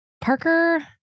Parker